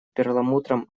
перламутром